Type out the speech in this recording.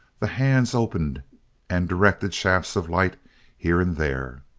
the hands opened and directed shafts of light here and there.